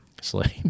sleep